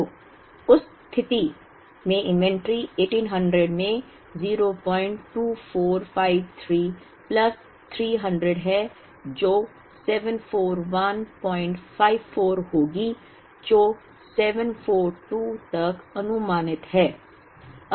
तो उस स्थिति में इन्वेंट्री 1800 में 02453 प्लस 300 है जो 74154 होगी जो 742 तक अनुमानित है